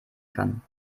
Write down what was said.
kann